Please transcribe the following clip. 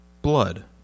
Blood